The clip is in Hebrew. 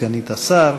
סגנית השר,